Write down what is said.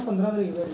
आं पंदरां तरीक धोड़ी